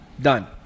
done